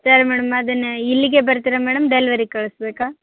ಸರಿ ಮೇಡಮ್ ಅದನ್ನು ಇಲ್ಲಿಗೇ ಬರ್ತೀರಾ ಮೇಡಮ್ ಡೆಲ್ವರಿ ಕಳಿಸ್ಬೇಕಾ